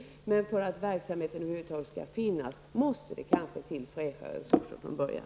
Men för att verksamheten över huvud taget skall finnas, måste det till fräscha resurser från början.